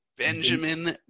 Benjamin